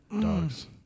dogs